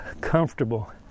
comfortable